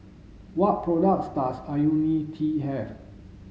what products does Ionil T have